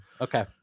Okay